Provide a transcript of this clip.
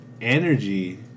energy